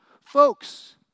Folks